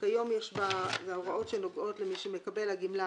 אלה ההוראות שנוגעות למקבל הגמלה